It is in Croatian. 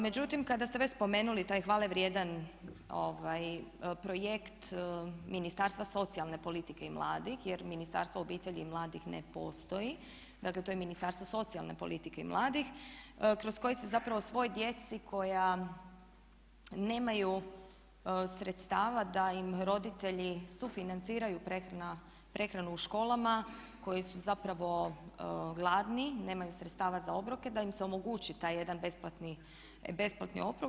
Međutim, kada ste već spomenuli taj hvalevrijedan projekt Ministarstva socijalne politike i mladih jer Ministarstvo obitelji i mladih ne postoji, dakle to je Ministarstvo socijalne politike i mladih kroz koji se zapravo svoj djeci koja nemaju sredstava da im roditelji sufinanciraju prehranu u školama koji su zapravo gladni, nemaju sredstava za obroke da im se omogući taj jedan besplatni obrok.